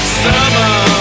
summer